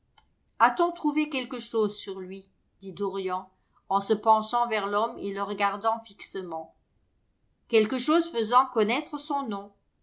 a-t-on trouvé quelque chose sur lui dit dorian en se penchant vers l'homme et le regardant fixement quelque chose faisant connaître son nom